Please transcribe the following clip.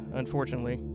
unfortunately